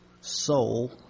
soul